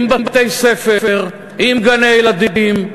עם בתי-ספר, עם גני-ילדים,